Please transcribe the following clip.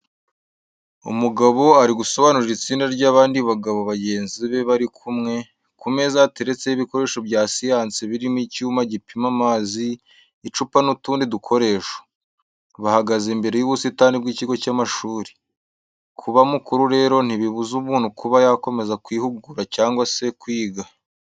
Umugabo ari gusobanurira itsinda ry’abandi bagabo bagenzi be bari kumwe, ku meza hateretseho ibikoresho bya siyansi birimo icyuma gipima amazi, icupa n’utundi dukoresho. Bahagaze imbere y’ubusitani bw’ikigo cy’amashuri. Kuba mukuru rero ntibibuza umuntu kuba yakomeza kwihugura cyangwa se kwiga.